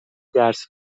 درس